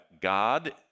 God